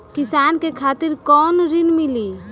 किसान के खातिर कौन ऋण मिली?